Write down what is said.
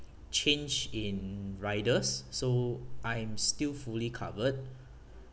change in riders so I'm still fully covered